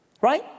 right